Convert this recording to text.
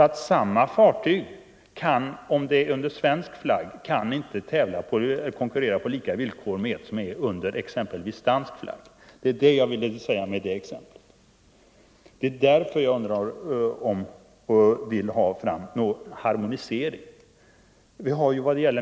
Ett fartyg under svensk flagg kan alltså inte konkurrera på lika villkor med samma fartyg under exempelvis dansk flagg. Det är det jag vill säga med detta exempel, och det är därför jag önskar en harmonisering.